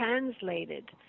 translated